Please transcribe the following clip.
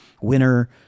winner